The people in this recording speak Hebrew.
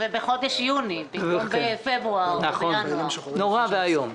זה נורא ואיום.